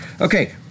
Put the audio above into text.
Okay